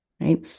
right